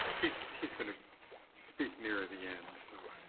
he's he's gonna speak near the end. so